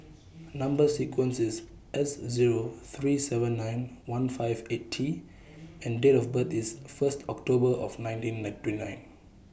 Number sequence IS S Zero three seven nine one five eight T and Date of birth IS First October of nineteen twenty nine